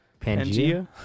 Pangea